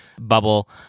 bubble